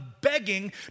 begging